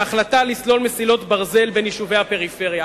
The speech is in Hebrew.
ההחלטה לסלול מסילות ברזל בין יישובי הפריפריה.